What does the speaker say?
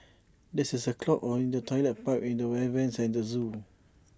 there is A clog or in the Toilet Pipe and the air Vents at the Zoo